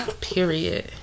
Period